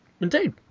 Indeed